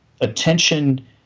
Attention